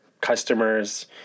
customers